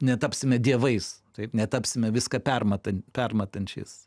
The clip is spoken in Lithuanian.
netapsime dievais taip netapsime viską permatant permatančias